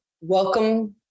welcome